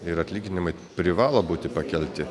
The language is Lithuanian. ir atlyginimai privalo būti pakelti